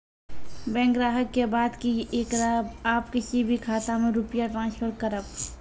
Bank ग्राहक के बात की येकरा आप किसी भी खाता मे रुपिया ट्रांसफर करबऽ?